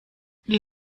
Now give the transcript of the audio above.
die